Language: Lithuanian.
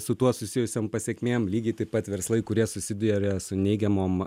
su tuo susijusiom pasekmėm lygiai taip pat verslai kurie susiduria su neigiamom